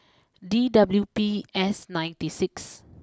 D W P S ninety six